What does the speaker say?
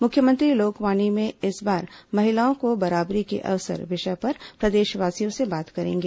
मुख्यमंत्री लोकवाणी में इस बार महिलाओं को बराबरी के अवसर विषय पर प्रदेशवासियों से बात करेंगे